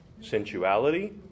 sensuality